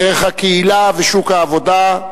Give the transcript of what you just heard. דרך הקהילה ושוק העבודה,